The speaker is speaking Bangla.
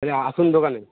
তাহলে আসুন দোকানে